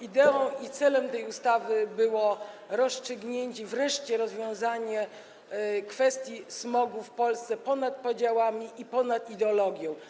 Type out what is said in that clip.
Ideą i celem tej ustawy było rozstrzygnięcie i wreszcie rozwiązanie kwestii smogu w Polsce ponad podziałami i ponad ideologią.